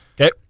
Okay